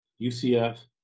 UCF